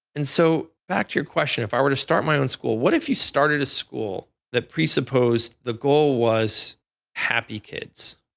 and so back to your question, if i were to start my own school, what if you started a school that presupposed the goal was happy kids.